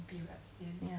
ya